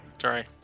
Sorry